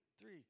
three